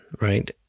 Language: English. right